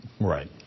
Right